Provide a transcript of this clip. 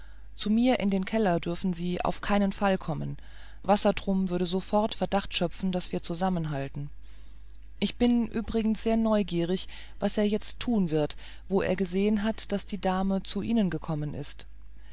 zu mir in den keller dürfen sie auf keinen fall kommen wassertrum wurde sofort verdacht schöpfen daß wir zusammenhalten ich bin übrigens sehr neugierig was er jetzt tun wird wo er gesehen hat daß die dame zu ihnen gekommen ist